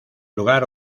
lugar